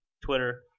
Twitter